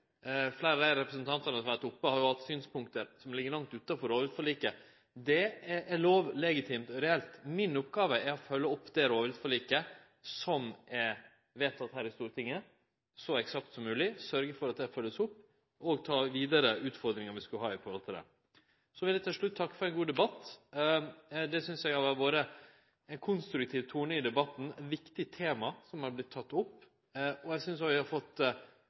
Fleire av dei representantane som har vore oppe, har hatt synspunkt som ligg langt utanfor rovviltforliket. Det er lov, det er legitimt, og det er reelt. Mi oppgåve er å følgje opp det rovviltforliket som er vedteke her i Stortinget, så eksakt som mogleg – sørgje for at det vert følgt opp og ta dei utfordringane vi skulle ha med dette, vidare. Til slutt vil eg takke for ein god debatt. Eg synest det har vore ein konstruktiv tone i debatten. Det er eit viktig tema som har vorte teke opp. Eg synest òg vi har fått